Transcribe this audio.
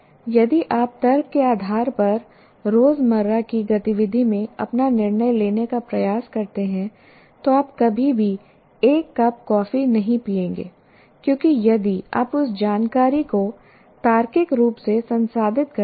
यदि आप तर्क के आधार पर रोजमर्रा की गतिविधि में अपना निर्णय लेने का प्रयास करते हैं तो आप कभी भी एक कप कॉफी नहीं पीएंगे क्योंकि यदि आप उस जानकारी को तार्किक रूप से संसाधित करते हैं